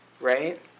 Right